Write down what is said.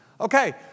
Okay